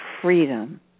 freedom